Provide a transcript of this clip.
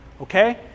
Okay